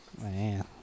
man